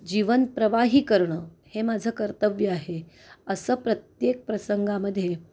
जीवन प्रवाही करणं हे माझं कर्तव्य आहे असं प्रत्येक प्रसंगामध्ये